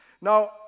Now